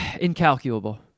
incalculable